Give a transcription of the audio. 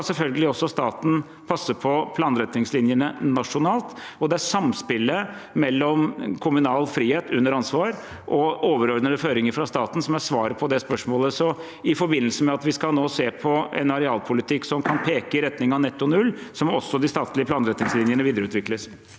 selvfølgelig passe på planretningslinjene nasjonalt, og det er samspillet mellom kommunal frihet under ansvar og overordnede føringer fra staten som er svaret på det spørsmålet. I forbindelse med at vi nå skal se på en arealpolitikk som peker i retning av netto null, må også de statlige planretningslinjene videreutvikles.